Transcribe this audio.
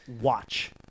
watch